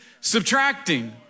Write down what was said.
subtracting